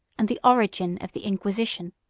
and the origin of the inquisition.